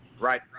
Right